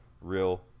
real